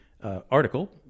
article